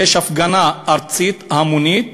ויש הפגנה ארצית, המונית.